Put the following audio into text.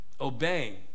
Obeying